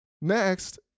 Next